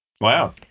Wow